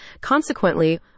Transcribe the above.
Consequently